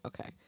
Okay